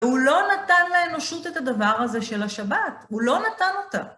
והוא לא נתן לאנושות את הדבר הזה של השבת, הוא לא נתן אותה.